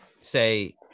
say